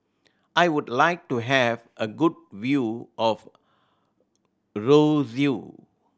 I would like to have a good view of Roseau